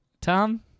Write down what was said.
Tom